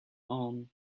own